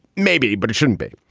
maybe, but it shouldn't be.